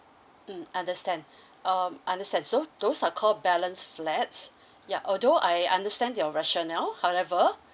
mm understand uh understand so those are call balance flats ya although I understand your rational however